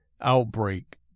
outbreak